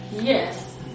Yes